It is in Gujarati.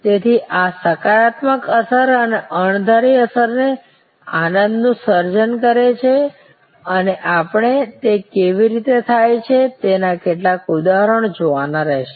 તેથી આ સકારાત્મક અસર અને અણધારી અસર જે આનંદનું સર્જન કરે છે અને આપણે તે કેવી રીતે થાય છે તેના કેટલાક ઉદાહરણો જોવાના રહેશે